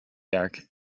werk